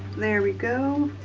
there we go.